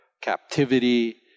captivity